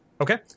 Okay